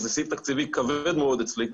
זה סעיף תקציבי כבד מאוד אצלי,